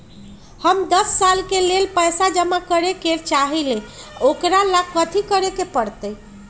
हम दस साल के लेल पैसा जमा करे के चाहईले, ओकरा ला कथि करे के परत?